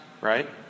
right